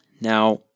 Now